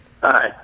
Hi